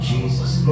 Jesus